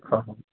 ହଁ